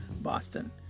Boston